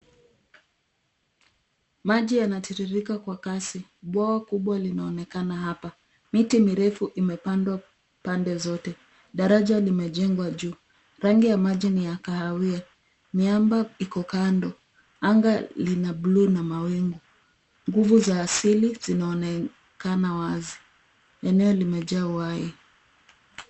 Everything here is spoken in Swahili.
Maji yanatiririka kwa kasi. Bwawa kubwa linaonekana hapa. Miti mirefu imepandwa pande zote. Daraja limejengwa juu. Rangi ya maji ni ya kahawia. Miamba iko kando. Anga ni la bluu na mawingu. Nguvu za asili zinaonekana wazi. Eneo limajaa uhai.